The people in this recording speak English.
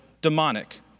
demonic